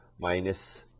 minus